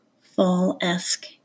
fall-esque